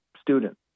student